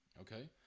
Okay